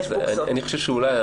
אני חושב שאולי,